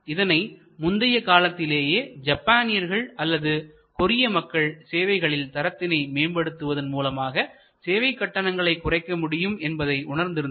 இதனை முந்திய காலத்திலேயே ஜப்பானியர்கள் அல்லது கொரிய மக்கள் சேவைகளில் தரத்தினை மேம்படுத்துவதன் மூலமாக சேவைக் கட்டணங்களை குறைக்க முடியும் என்பதை உணர்ந்திருந்தனர்